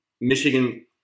Michigan